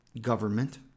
government